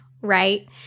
right